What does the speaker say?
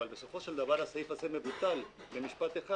אבל בסופו של דבר הסעיף הזה מבוטל במשפט אחד